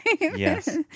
yes